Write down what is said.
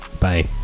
Bye